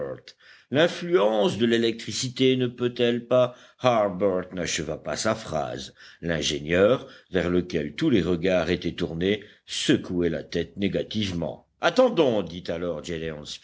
l'influence de l'électricité ne peut-elle pas harbert n'acheva pas sa phrase l'ingénieur vers lequel tous les regards étaient tournés secouait la tête négativement attendons dit alors